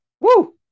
Woo